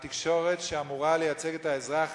התקשורת, שאמורה לייצג את האזרח,